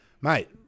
mate